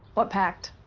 what pact?